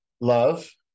love